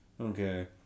Okay